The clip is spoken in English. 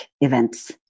events